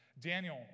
Daniel